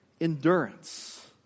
endurance